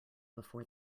before